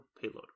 payload